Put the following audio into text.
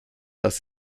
aus